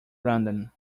random